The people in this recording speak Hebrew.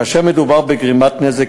כאשר מדובר בגרימת נזק,